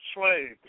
slaves